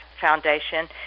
Foundation